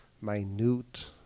minute